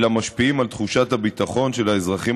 אלא משפיעים על תחושת הביטחון של האזרחים